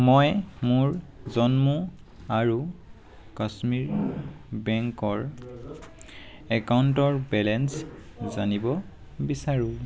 মই মোৰ জম্মু আৰু কাশ্মীৰ বেংকৰ একাউণ্টৰ বেলেঞ্চ জানিব বিচাৰো